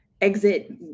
exit